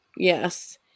Yes